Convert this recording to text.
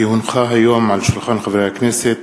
כי הונחה היום על שולחן הכנסת,